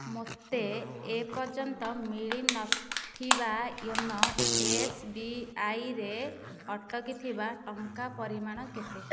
ମୋତେ ଏ ପର୍ଯ୍ୟନ୍ତ ମିଳି ନଥିବା ୟୋନୋ ଏସ୍ବିଆଇରେ ଅଟକିଥିବା ଟଙ୍କା ପରିମାଣ କେତେ